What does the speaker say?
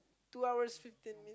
two hours fifteen minute